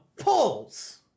polls